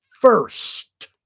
first